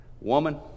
Woman